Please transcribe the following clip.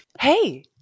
hey